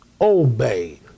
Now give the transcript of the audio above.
Obey